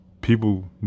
people